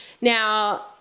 Now